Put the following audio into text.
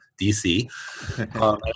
DC